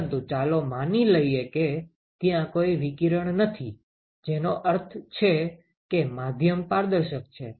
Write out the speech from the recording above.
પરંતુ ચાલો માની લઈએ કે ત્યાં કોઈ વિકિરણ નથી જેનો અર્થ છે કે માધ્યમ પારદર્શક છે